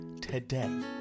today